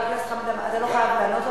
חבר הכנסת עמאר, אתה לא חייב לענות.